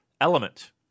element